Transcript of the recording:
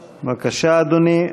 בבקשה, אדוני.